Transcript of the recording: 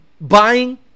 buying